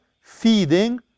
feeding